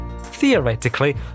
Theoretically